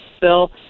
bill